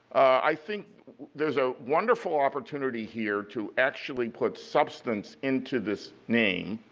i think there is a wonderful opportunity here to actually put substance into this name.